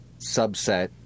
subset